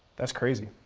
that's crazy.